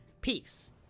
Peace